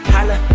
Holla